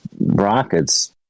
rockets